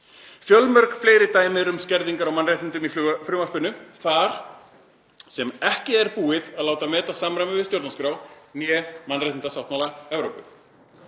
Fjölmörg fleiri dæmi eru um skerðingar á mannréttindum í frumvarpinu þar sem ekki er búið að láta meta samræmi við stjórnarskrá né mannréttindasáttmála Evrópu.